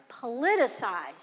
politicized